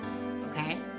Okay